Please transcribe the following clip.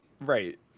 Right